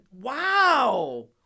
Wow